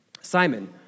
Simon